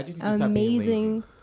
amazing